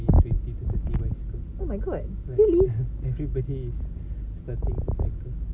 twenty to thirty bicycles everybody is starting to cycle